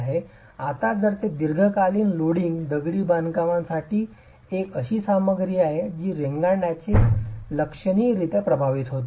आता जर ते दीर्घकालीन लोडिंग दगडी बांधकामासाठी एक अशी सामग्री आहे जी रेंगाळण्याने लक्षणीयरीत्या प्रभावित होते